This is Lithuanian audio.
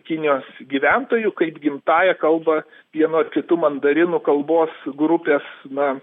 kinijos gyventojų kaip gimtąja kalba vienu ar kitu mandarinų kalbos grupės na